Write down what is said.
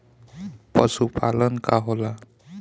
पशुपलन का होला?